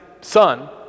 son